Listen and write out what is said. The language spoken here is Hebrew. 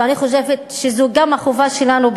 ואני חושבת שזו גם החובה שלנו,